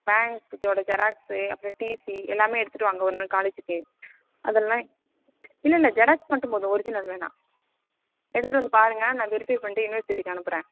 bank புக்கோட xerox அப்புறம் TC எல்லாமே எடுத்துகிட்டு வாங்க ஒரு நாள் காலேஜிக்கு அதெல்லாம் இல்லைல்ல ஜெராக்ஸ் மட்டும் போதும் ஒரிஜினல் வேணாம் எடுத்துட்டு வந்து பாருங்கள் நான் வெரிஃப்பை பண்ணிவிட்டு யூனிவர்சிட்டிக்கு அனுப்புகிறேன்